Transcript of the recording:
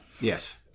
Yes